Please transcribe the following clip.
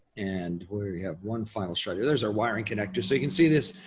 and we have one final shot, yeah there's our wiring connector. so you can see this.